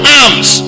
arms